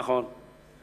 נכון.